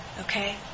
Okay